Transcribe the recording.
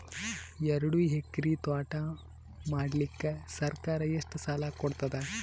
ಎರಡು ಎಕರಿ ತೋಟ ಮಾಡಲಿಕ್ಕ ಸರ್ಕಾರ ಎಷ್ಟ ಸಾಲ ಕೊಡತದ?